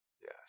Yes